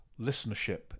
listenership